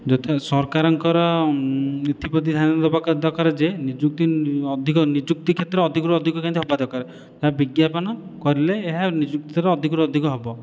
ଯଥା ସରକାରଙ୍କର ଏଥିପ୍ରତି ଧ୍ୟାନ ଦେବା ଦରକାର ଯେ ନିଯୁକ୍ତି ଅଧିକ ନିଯୁକ୍ତି କ୍ଷେତ୍ର ଅଧିକରୁ ଅଧିକ କେମିତି ହେବା ଦରକାର ଏହା ବିଜ୍ଞାପନ କଲେ ଏହା ନିଯୁକ୍ତିର ଅଧିକରୁ ଅଧିକ ହବ